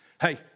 hey